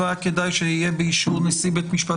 לא היה כדאי שיהיה באישור נשיא בית משפט